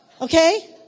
Okay